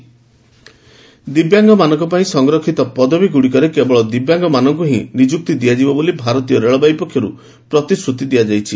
railway ଦିବ୍ୟାଙ୍ଗଜନ ଦିବ୍ୟାଙ୍ଗମାନଙ୍କ ପାଇଁ ସଂରକ୍ଷିତ ପଦବୀଗୁଡ଼ିକରେ କେବଳ ଦିବ୍ୟାଙ୍ଗମାନଙ୍କୁ ହିଁ ନିଯୁକ୍ତି ଦିଆଯିବ ବୋଲି ଭାରତୀୟ ରେଳବାଇ ପକ୍ଷରୁ ପ୍ରତିଶ୍ରତି ଦିଆଯାଇଛି